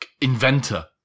inventor